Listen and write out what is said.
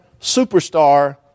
superstar